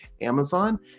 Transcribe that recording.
Amazon